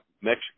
Mexico